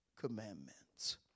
commandments